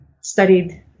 studied